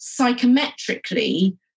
psychometrically